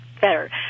better